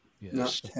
Yes